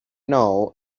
know